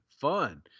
fun